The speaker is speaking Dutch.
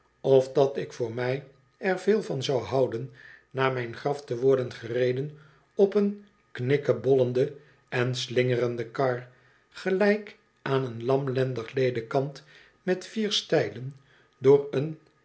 of dat ik voor mij er veel van zou houden naar mijn graf te worden gereden op een knikkebollende en slingerende kar gelijk aan een lam ellendig ledekant met vier stijlen door con